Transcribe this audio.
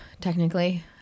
technically